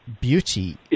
beauty